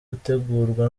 gutegurwa